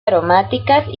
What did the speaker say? aromáticas